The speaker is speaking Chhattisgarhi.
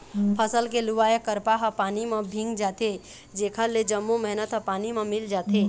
फसल के लुवाय करपा ह पानी म भींग जाथे जेखर ले जम्मो मेहनत ह पानी म मिल जाथे